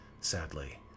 sadly